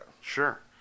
Sure